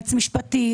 יועץ משפטי,